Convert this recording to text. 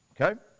okay